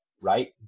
right